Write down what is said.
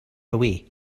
away